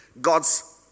God's